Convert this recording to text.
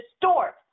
distort